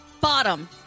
Bottom